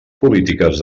polítiques